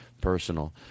personal